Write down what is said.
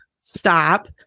stop